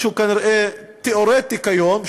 משהו תיאורטי כיום,